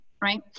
right